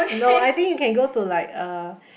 no I think you can go to like a